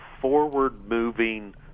forward-moving